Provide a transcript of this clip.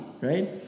right